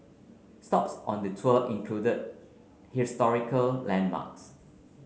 stops on the tour include historical landmarks